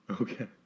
Okay